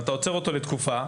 אתה עוצר אותו לתקופה.